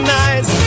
nice